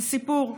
זה סיפור,